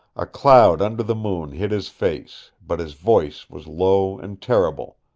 a cloud under the moon hid his face. but his voice was low, and terrible.